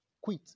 quit